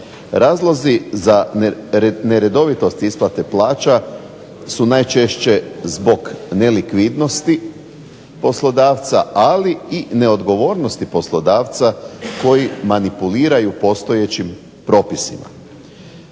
Razlozi za neredovitost isplate plaća su najčešće zbog nelikvidnosti poslodavca, ali i neodgovornosti poslodavca koji manipuliraju postojećim propisima.